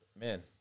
man